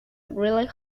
really